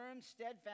steadfast